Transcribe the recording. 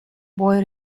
boy